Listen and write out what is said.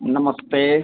नमस्ते